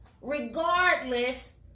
regardless